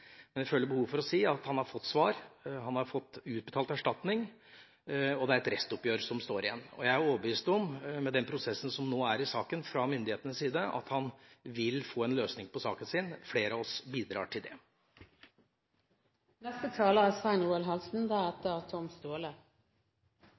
men jeg føler behov for å si at han har fått svar. Han har fått utbetalt erstatning, og det er et restoppgjør som står igjen. Jeg er overbevist om, med den prosessen som nå er i saken fra myndighetenes side, at han vil få en løsning på saken sin. Flere av oss bidrar til det. Bare noen få kommentarer. Representanten Ellingsen sa i sitt første innlegg at det er